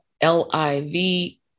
L-I-V